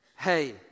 Hey